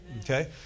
Okay